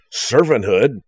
servanthood